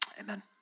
Amen